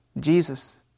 Jesus